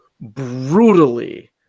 brutally